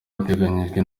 hateganijwe